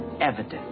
Evidence